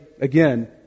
again